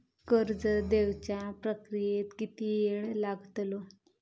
कर्ज देवच्या प्रक्रियेत किती येळ लागतलो?